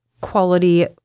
quality